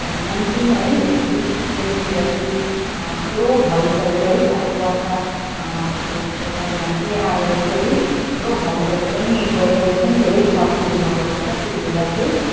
nineteen है यस्तै sixty सेभेनतिर चाहिँ ठुलो भल पहिरो है पानी बर्खा को टाइमामा चाहिँ आएर चाहिँ ठुलो भल पहिरो पनि गएको रैछन् धेरै क्षतिहरू भएको रहेछ त्यति बेला चाहिँ